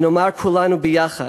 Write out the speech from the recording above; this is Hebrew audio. ונאמר" כולנו ביחד,